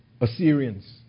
Assyrians